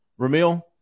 Ramil